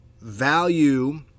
value